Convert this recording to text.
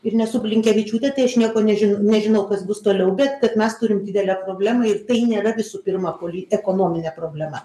ir nesu blinkevičiūtė tai aš nieko nežin nežinau kas bus toliau bet kad mes turim didelę problemą ir tai nėra visų pirma poli ekonominė problema